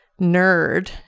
nerd